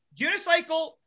unicycle